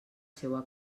seua